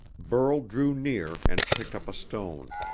burl drew near and picked up a stone.